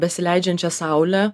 besileidžiančią saulę